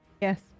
Yes